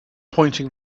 pointing